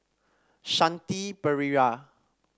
Shanti Pereira